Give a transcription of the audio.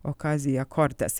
okazija kortes